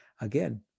again